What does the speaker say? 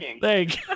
Thank